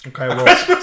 Okay